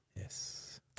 Yes